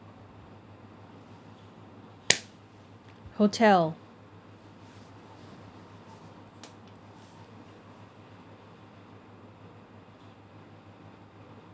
hotel